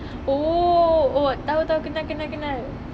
oh oh tahu tahu kenal kenal kenal